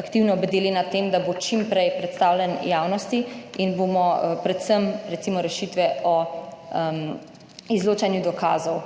aktivno bdeli nad tem, da bo čim prej predstavljen javnosti in bomo predvsem, recimo rešitve o izločanju dokazov